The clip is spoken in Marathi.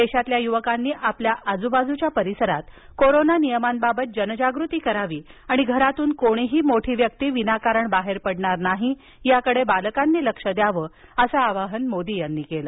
देशातल्या युवकांनी आपल्या आजूबाजूच्या परिसरात कोरोना नियमांबाबत जनजागृती करावी आणि घरातून कोणीही मोठी व्यक्ती विनाकारण बाहेर पडणार नाही याकडे बालकांनी लक्ष द्यावं असं आवाहन मोदी यांनी केलं